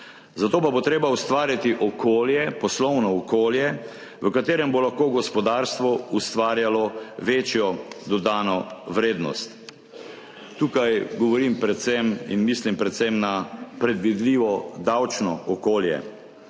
Za to pa bo treba ustvariti okolje, poslovno okolje, v katerem bo lahko gospodarstvo ustvarjalo večjo dodano vrednost. Tukaj govorim predvsem in mislim predvsem na predvidljivo davčno okolje.